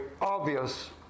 obvious